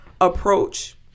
approach